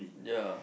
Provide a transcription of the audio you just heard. ya